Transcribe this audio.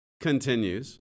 continues